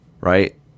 Right